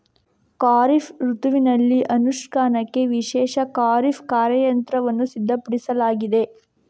ಖಾರಿಫ್ ಋತುವಿನಲ್ಲಿ ಅನುಷ್ಠಾನಕ್ಕೆ ವಿಶೇಷ ಖಾರಿಫ್ ಕಾರ್ಯತಂತ್ರವನ್ನು ಸಿದ್ಧಪಡಿಸಲಾಗಿದೆ